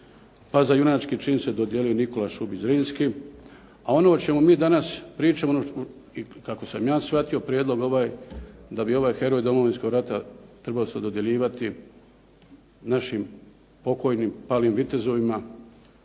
a za junačni čin se dodjeljuje "Nikola Šubić Zrinski". A ono o čemu mi danas pričamo i kako sam ja shvatio prijedlog ovaj da bi ovaj heroj Domovinskog rata trebao se dodjeljivati našim pokojnim palim vitezovima